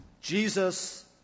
Jesus